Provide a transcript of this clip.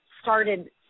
started